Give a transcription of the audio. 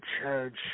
church